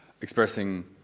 expressing